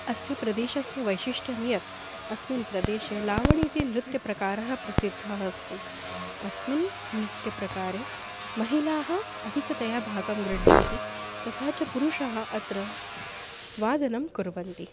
अस्य प्रदेशस्य वैशिष्ट्यं यत् अस्मिन् प्रदेशे लावणीति नृत्यप्रकारः प्रसिद्धः अस्ति अस्मिन् नृत्यप्रकारे महिलाः अधिकतया भागं गृह्णन्ति तथा च पुरुषाः अत्र वादनं कुर्वन्ति